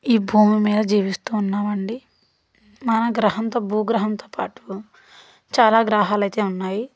ఈ భూమి మీద జీవిస్తు ఉన్నామండి మన గ్రహంతో భూగ్రహంతో పాటు చాలా గ్రహాలైతే ఉన్నాయి